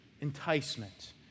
enticement